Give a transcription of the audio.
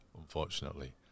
unfortunately